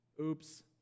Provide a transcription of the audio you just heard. Oops